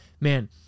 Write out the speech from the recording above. man